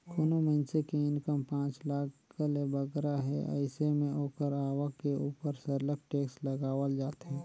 कोनो मइनसे के इनकम पांच लाख ले बगरा हे अइसे में ओकर आवक के उपर सरलग टेक्स लगावल जाथे